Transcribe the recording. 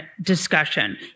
discussion